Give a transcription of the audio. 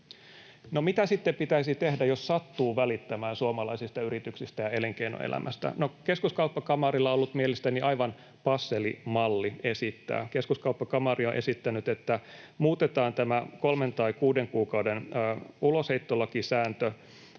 mitä sitten pitäisi tehdä, jos sattuu välittämään suomalaisista yrityksistä ja elinkeinoelämästä? No Keskuskauppakamarilla on ollut mielestäni aivan passeli malli esittää. Keskuskauppakamari on esittänyt, että muutetaan tämä kolmen tai kuuden kuukauden ulosheittolakisääntö